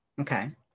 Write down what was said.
Okay